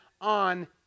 on